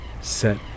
Set